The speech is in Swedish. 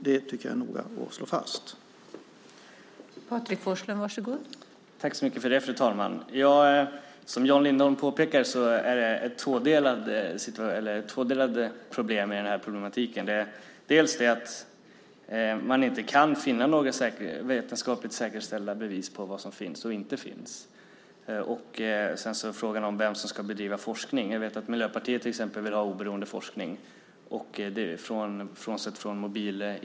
Det tycker jag att vi måste vara noga med att slå fast.